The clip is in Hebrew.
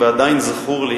ועדיין זכור לי